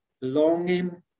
longing